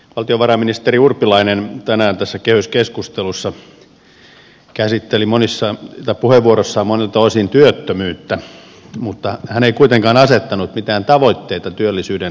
valtiovarainministeri urpilainen tänään tässä kehyskeskustelussa käsitteli puheenvuoroissaan monilta osin työttömyyttä mutta hän ei kuitenkaan asettanut mitään tavoitteita työllisyyden parantamiselle